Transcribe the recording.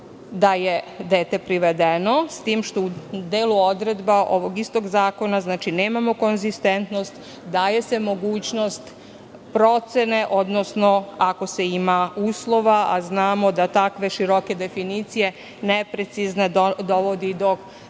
da je dete privedeno. U delu odredaba ovog istog zakona nemamo konzistentnost, daje se mogućnost procene, odnosno ako se ima uslova, a znamo da tako široke definicije, neprecizne, dovode do